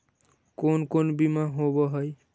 कोन कोन बिमा होवय है?